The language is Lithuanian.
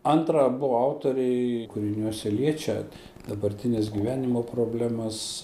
antra abu autoriai kūriniuose liečia dabartines gyvenimo problemas